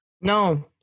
No